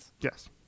Yes